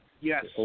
Yes